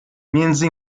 między